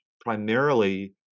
primarily